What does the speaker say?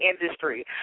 industry